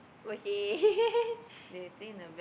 okay